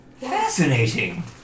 Fascinating